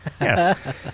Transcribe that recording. Yes